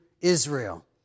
Israel